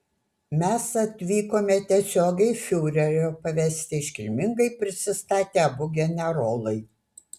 mes atvykome tiesiogiai fiurerio pavesti iškilmingai prisistatė abu generolai